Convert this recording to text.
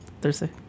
Thursday